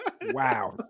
Wow